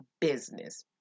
business